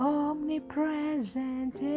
omnipresent